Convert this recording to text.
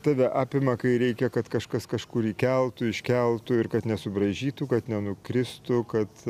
tave apima kai reikia kad kažkas kažkur įkeltų iškeltų ir kad nesubraižytų kad nenukristų kad